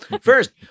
First